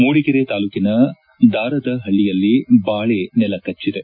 ಮೂಡಿಗೆರೆ ತಾಲೂಕಿನ ದಾರದಹಳ್ಳಿಯಲ್ಲಿ ಬಾಳೆ ನೆಲಕಟ್ವದೆ